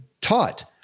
taught